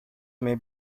may